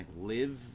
live